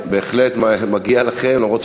בהחלט מגיע לכם, גם אם אנחנו